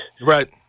Right